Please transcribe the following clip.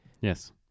Yes